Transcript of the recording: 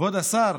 כבוד השר,